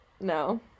no